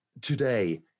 today